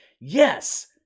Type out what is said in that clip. Yes